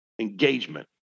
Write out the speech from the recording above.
Engagement